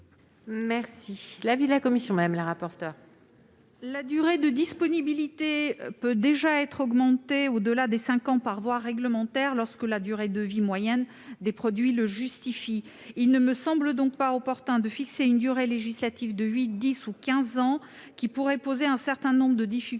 est l'avis de la commission ? La durée de disponibilité peut déjà être augmentée au-delà des cinq ans par voie réglementaire, lorsque la durée de vie moyenne des produits le justifie. Il ne me semble donc pas opportun de fixer une durée législative de huit ans, dix ans ou quinze ans, qui pourrait poser un certain nombre de difficultés,